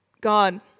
God